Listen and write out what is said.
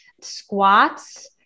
squats